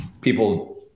people